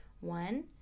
one